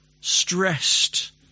stressed